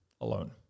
alone